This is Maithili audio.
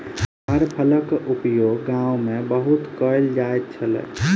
ताड़ फलक उपयोग गाम में बहुत कयल जाइत छल